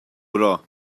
bra